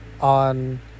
on